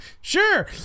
sure